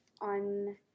on